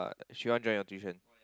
she want join your tuition